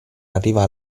arriva